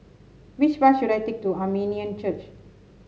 which bus should I take to Armenian Church